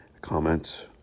comments